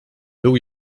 był